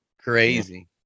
Crazy